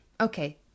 okay